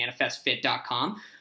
ManifestFit.com